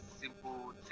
simple